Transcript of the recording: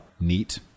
Neat